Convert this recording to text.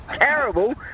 Terrible